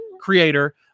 creator